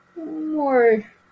more